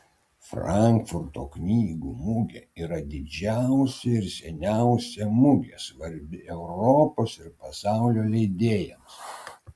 frankfurto knygų mugė yra didžiausia ir seniausia mugė svarbi europos ir pasaulio leidėjams